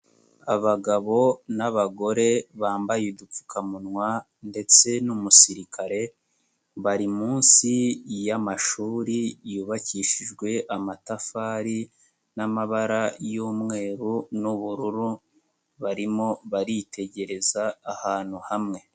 Abagabo n'abagore bambaye udupfukamunwa ndetse n'umusirikare, bari munsi y'amashuri yubakishijwe amatafari n'amabara y'umweru n'ubururu, barimo baritegereza ahantu hamwe.